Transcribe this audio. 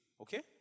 Okay